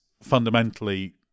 fundamentally